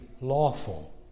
lawful